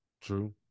True